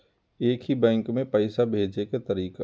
एक ही बैंक मे पैसा भेजे के तरीका?